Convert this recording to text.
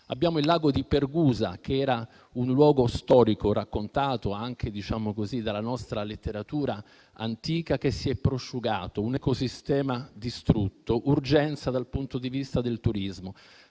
potabile. Il lago di Pergusa, un luogo storico raccontato anche dalla nostra letteratura antica, si è prosciugato: un ecosistema distrutto e urgenza dal punto di vista del turismo.